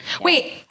Wait